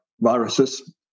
viruses